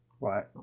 Right